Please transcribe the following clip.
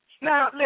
Now